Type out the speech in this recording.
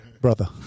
Brother